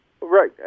Right